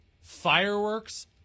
fireworks